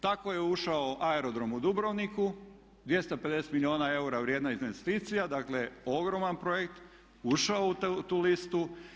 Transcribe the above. Tako je ušao aerodrom u Dubrovniku, 250 milijuna eura vrijedna investicija, dakle ogroman projekt i ušao je na tu listu.